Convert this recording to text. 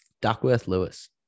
Duckworth-Lewis